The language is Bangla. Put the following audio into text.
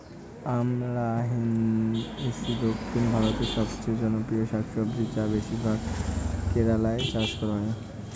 আমরান্থেইসি দক্ষিণ ভারতের সবচেয়ে জনপ্রিয় শাকসবজি যা বেশিরভাগ কেরালায় চাষ করা হয়